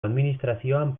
administrazioan